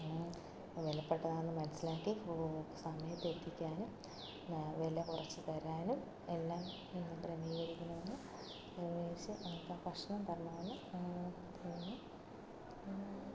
വിലപ്പെട്ടതാണെന്ന് മനസ്സിലാക്കി സമയത്ത് എത്തിക്കാനും വിലകുറച്ച് തരാനും എല്ലാം നിങ്ങൾ ക്രമീകരിക്കണമെന്ന് ഷേ ഭക്ഷണം തരുവാനും പറയുന്നു